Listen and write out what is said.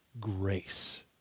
grace